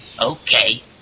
Okay